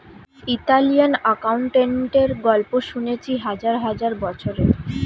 Italian অ্যাকাউন্টেন্টের গল্প শুনেছি হাজার হাজার বছরের